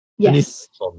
Yes